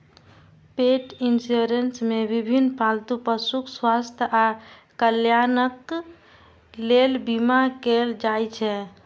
पेट इंश्योरेंस मे विभिन्न पालतू पशुक स्वास्थ्य आ कल्याणक लेल बीमा कैल जाइ छै